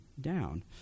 down